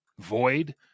void